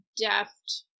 deft